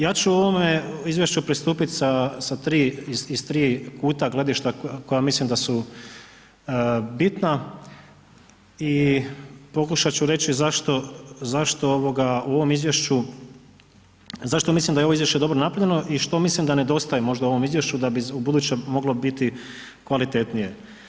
Ja ću ovom izvješću pristupit sa tri, iz tri kuta gledišta koja mislim da su bitna i pokušat ću reći zašto ovoga u ovom izvješću, zašto mislim da je ovo izvješće dobro napravljeno i što mislim da nedostaje možda ovom izvješću da bi u buduće moglo biti kvalitetnije.